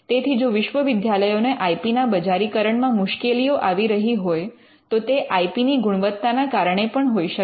તેથી જો વિશ્વવિદ્યાલયો ને આઇ પી ના બજારીકરણમાં મુશ્કેલીઓ આવી રહી હોય તો તે આઇ પી ની ગુણવત્તાના કારણે પણ હોઈ શકે